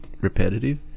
repetitive